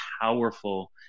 powerful